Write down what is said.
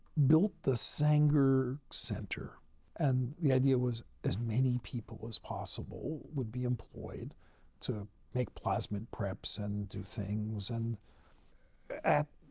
built the sanger center and the idea was as many people as possible would be employed to make plasmid preps and do things and at